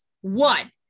one